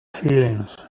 feelings